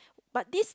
but this